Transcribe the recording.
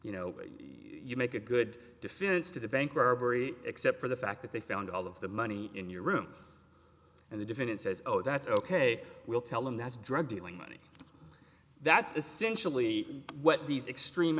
you know you make a good defense to the bank robbery except for the fact that they found all of the money in your room and the defendant says oh that's ok we'll tell them that's drug dealing money that's essentially what these extreme